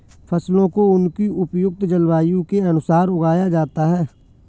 फसलों को उनकी उपयुक्त जलवायु के अनुसार उगाया जाता है